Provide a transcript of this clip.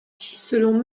selon